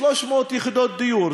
300 יחידות דיור,